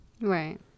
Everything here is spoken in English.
right